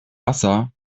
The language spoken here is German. wasser